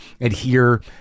adhere